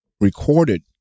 recorded